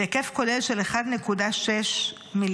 בהיקף כולל של 1.6 מיליארד,